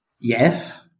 Yes